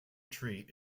treat